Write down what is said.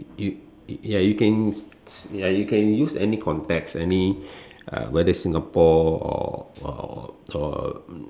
you ya you can ya you can use any context any uh whether is Singapore or or or